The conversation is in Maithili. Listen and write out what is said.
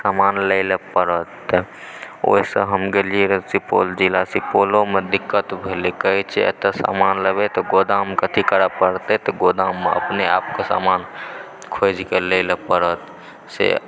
समान लैल परत ओयसं हम गेलिय र सुपौल जिला सुपौलोमे दिक्कत भेलय कहय छै जे एतय समान लेबय तऽ गोदामकेँ अथी करै परतय तऽ गोदाममे अपने आपके समान खोजिके लए लऽ पड़त